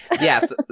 Yes